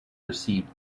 received